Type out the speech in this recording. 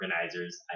organizers